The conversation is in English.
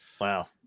Wow